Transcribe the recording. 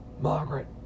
Margaret